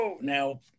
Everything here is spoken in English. Now